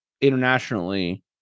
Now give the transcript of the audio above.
internationally